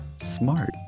Smart